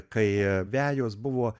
kai vejos buvo